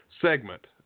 segment